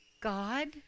God